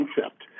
concept